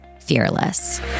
fearless